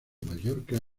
mallorca